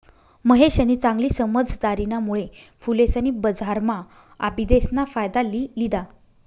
महेशनी चांगली समझदारीना मुळे फुलेसनी बजारम्हा आबिदेस ना फायदा लि लिदा